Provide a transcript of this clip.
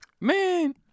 Man